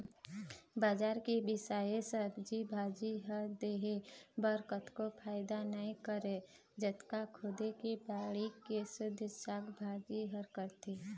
बजार के बिसाए सब्जी भाजी ह देहे बर ओतका फायदा नइ करय जतका खुदे के बाड़ी के सुद्ध साग भाजी ह करथे